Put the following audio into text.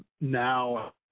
Now